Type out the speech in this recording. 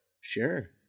Sure